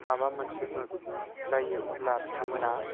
माबा मोनसे जायो अब्ला बिथांमोना